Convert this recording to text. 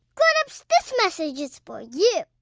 grownups, this message is for you